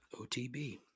OTB